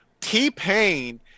T-Pain